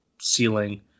ceiling